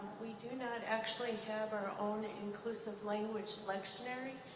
we do not actually have our own inclusive language lectionary.